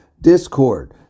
discord